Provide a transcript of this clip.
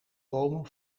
bomen